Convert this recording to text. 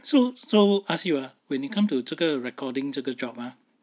so so ask you ah when it come to 这个 recording 这个 job ah